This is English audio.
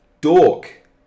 dork